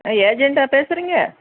ஆ ஏஜென்ட்டா பேசுறிங்க